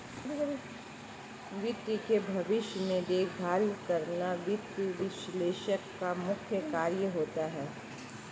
वित्त के भविष्य में देखभाल करना वित्त विश्लेषक का मुख्य कार्य होता है